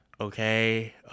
okay